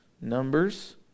Numbers